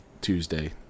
Tuesday